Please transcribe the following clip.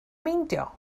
meindio